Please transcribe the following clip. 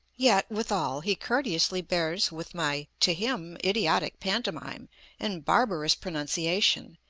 yet, withal, he courteously bears with my, to him, idiotic pantomime and barbarous pronunciation,